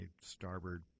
starboard